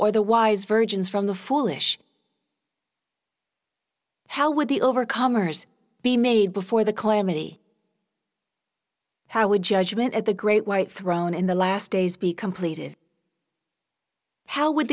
or the wise virgins from the foolish how would the overcomers be made before the calamity how would judgment at the great white throne in the last days be completed how would